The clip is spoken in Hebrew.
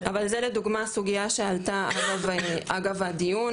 אבל זה לדוגמא סוגיה שעלתה אגב הדיון,